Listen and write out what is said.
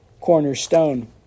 cornerstone